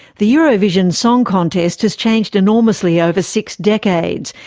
the eurovision song contest has changed enormously over six decades,